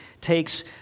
takes